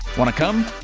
wanna come?